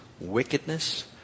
wickedness